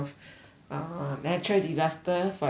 a natural disaster for example